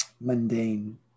Mundane